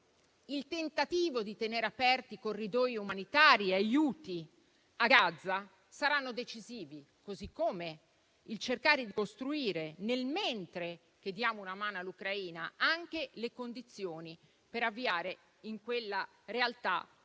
il tentativo di tenere aperti i corridoi umanitari e gli aiuti a Gaza saranno decisivi, così come il cercare di costruire, mentre diamo una mano all'Ucraina, anche le condizioni per avviare in quella realtà un